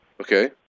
Okay